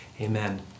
Amen